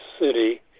city